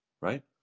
Right